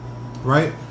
right